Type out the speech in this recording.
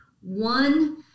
one